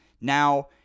Now